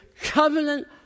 covenant